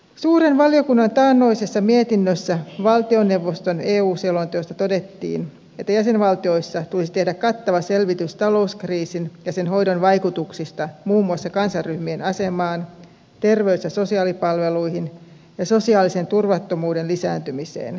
suuren valiokunnan taannoisessa mietinnössä valtioneuvoston eu selonteosta todettiin että jäsenvaltioissa tulisi tehdä kattava selvitys talouskriisin ja sen hoidon vaikutuksista muun muassa kansanryhmien asemaan terveys ja sosiaalipalveluihin ja sosiaalisen turvattomuuden lisääntymiseen